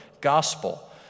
gospel